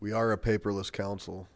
we are a paperless council